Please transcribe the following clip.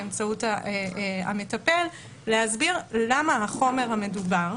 באמצעות המטפל להסביר למה בחומר המדובר,